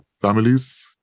families